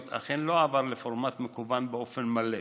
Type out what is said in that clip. אכן לא עבר לפורמט מקוון באופן מלא,